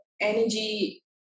energy